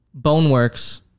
Boneworks